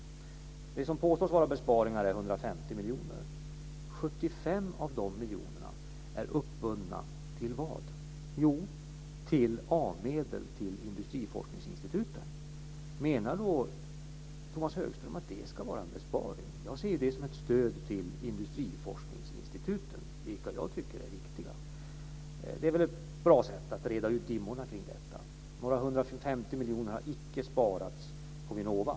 Det som påstås vara besparingar är 150 miljoner. 75 av dessa miljoner är uppbundna till vad? Jo, till A-medel till industriforskningsinstituten. Menar Tomas Högström att det ska vara en besparing? Jag ser det som ett stöd till industriforskningsinstituten, vilka jag tycker är viktiga. Det är väl ett bra sätt att reda ut dimmorna kring detta. Några 150 miljoner har icke sparats på Vinnova.